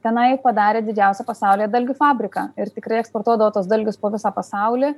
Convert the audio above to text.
tenai padarė didžiausią pasaulyje dalgių fabriką ir tikrai eksportuodavo tuos dalgius po visą pasaulį